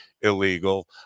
illegal